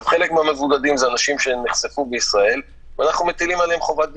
חלק מהמבודדים אלה אנשים שנחשפו בישראל ואנחנו מטילים עליהם חובת בידוד.